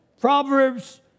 Proverbs